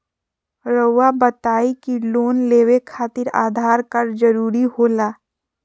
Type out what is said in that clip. रौआ बताई की लोन लेवे खातिर आधार कार्ड जरूरी होला?